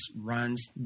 runs